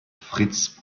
fritz